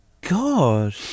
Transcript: God